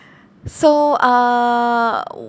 so uh oo